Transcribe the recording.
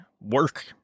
work